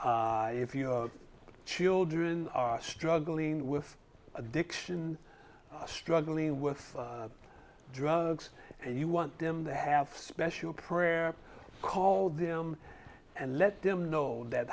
daddy if your children are struggling with addiction struggling with drugs and you want them to have special prayer call them and let them know that